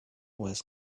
was